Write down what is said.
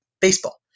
baseball